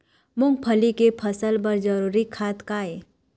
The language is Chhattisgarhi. मूंगफली के फसल बर जरूरी खाद का ये?